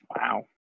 Wow